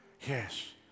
Yes